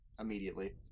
immediately